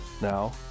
Now